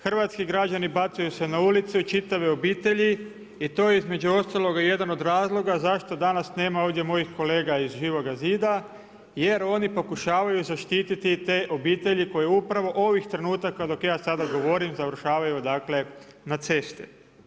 Hrvatski građani bacaju se na ulicu, čitave obitelji i to je između ostaloga jedan od razloga zašto ovdje nema mojih kolega iz Živoga zida jer oni pokušavaju zaštititi te obitelji koje upravo ovih trenutaka dok ja sada govorim završavaju dakle na cesti.